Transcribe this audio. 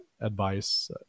advice